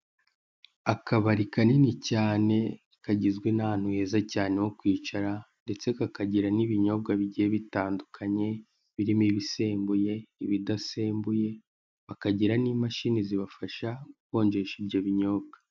Akabari kanini cyane kagizwe n'ahantu heza cyane ho kwicara ndetse kakagira n'ibinyobwa bigiye bitandukanye, birimo ibisembuye, ibidasembuye, bakagira n'imashini zibafashe gukonjesha ibyo binyobwa.